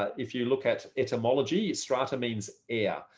if you look at etymology strata means air.